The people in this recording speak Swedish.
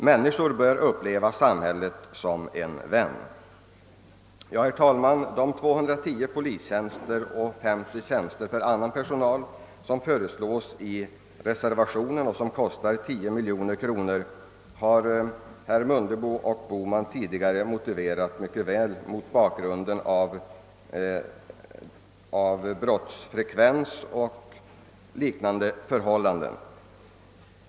Människor bör uppleva samhället som en vän. Herr talman! De 210 polistjänster och de 50 tjänster för annan personal som föreslås i reservationen och som sammanlagt kostar 10 miljoner kronor har herrar Mundebo och Bohman tidigare mycket väl motiverat med brottsfrekvens och liknande förhållanden.